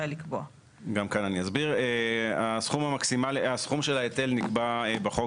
במקרה שמתברר שהחוק לא משיג את מטרתו ויש להגדיל את ההיטל.